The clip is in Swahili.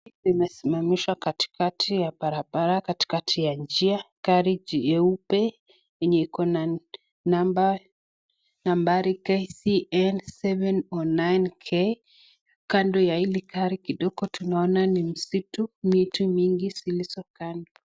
Imesimamishwa katikati ya barabara, katikati ya njia, gari nyeupe yenye iko na nambari KCN 709K. Kando ya hili gari kidogo tunaona ni msitu, miti mingi iliyo kando.